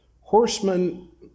Horsemen